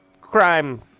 crime